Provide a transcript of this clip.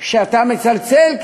כשאתה מצלצל,